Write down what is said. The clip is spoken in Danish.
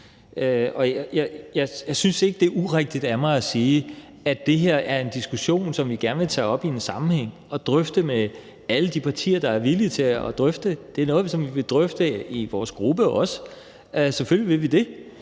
Jeg synes ikke, det er urigtigt af mig at sige, at det her er en diskussion, som vi gerne vil tage op i en sammenhæng og drøfte med alle de partier, der er villige til at drøfte det. Og det er noget, som vi vil drøfte i vores gruppe også; selvfølgelig vil vi det.